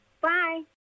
Bye